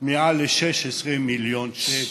מעל ל-16 מיליון שקל.